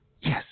Yes